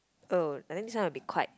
oh then this one will be quite